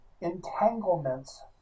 entanglements